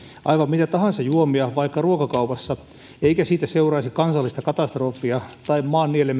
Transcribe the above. aivan mitä tahansa juomia vaikka ruokakaupassa eikä siitä seuraisi kansallista katastrofia eikä pelättäisi että maa nielee